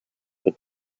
but